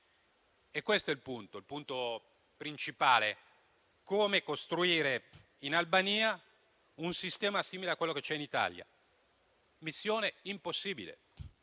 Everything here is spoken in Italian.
Questo è il punto principale: come costruire in Albania un sistema simile a quello che c'è in Italia. È una missione impossibile,